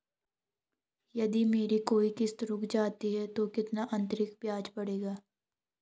यदि मेरी कोई किश्त रुक जाती है तो कितना अतरिक्त ब्याज पड़ेगा?